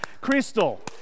crystal